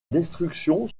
destruction